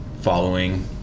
following